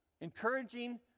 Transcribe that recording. Encouraging